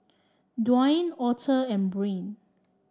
Dwayne Author and Brain